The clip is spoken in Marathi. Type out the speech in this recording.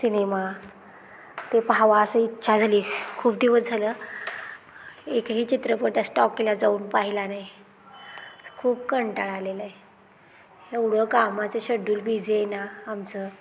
सिनेमा ते पहावा असं इच्छा झाली खूप दिवस झालं एकही चित्रपट स्टॉकीला जाऊन पाहिला नाही खूप कंटाळा आलेला आहे एवढं कामाचं शेड्यूल बिझी आहे ना आमचं